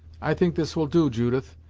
i think this will do, judith,